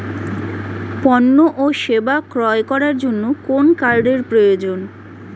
পণ্য ও সেবা ক্রয় করার জন্য কোন কার্ডের প্রয়োজন?